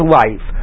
life